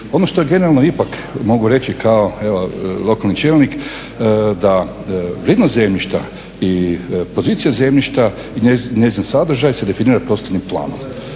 Ono što generalno ipak mogu reći kao lokalni čelnik da vrijednost zemljišta i pozicija zemljišta i njezin sadržaj se definiraju prostornim planom